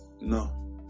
No